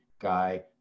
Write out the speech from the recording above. guy